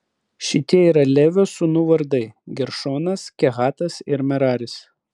šitie yra levio sūnų vardai geršonas kehatas ir meraris